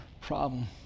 problem